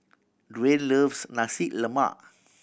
Duane loves Nasi Lemak